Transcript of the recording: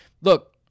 Look